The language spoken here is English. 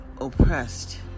oppressed